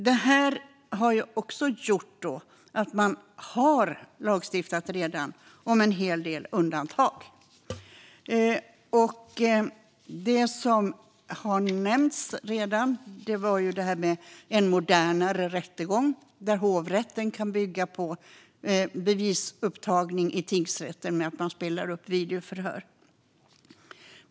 Man har redan lagstiftat om en hel del undantag. Detta med en modernare rättegång har redan nämnts. Där kan hovrätten bygga på en bevisupptagning i tingsrätten genom att man spelar upp videoförhör.